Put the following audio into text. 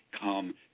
come